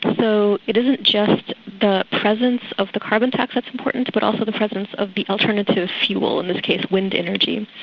but so it isn't just the presence of the carbon tax that's important but also the presence of the alternative fuel, in this case, wind energy.